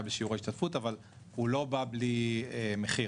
בשיעור ההשתתפות אבל הוא לא בא בלי מחיר,